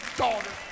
daughter